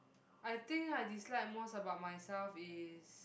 I think I dislike most about myself is